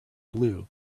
blue